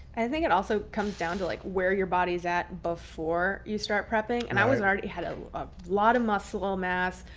i think it also comes down to like where your body's at before you start prepping. and i was and already had a lot of muscle mass,